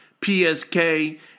PSK